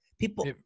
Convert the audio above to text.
People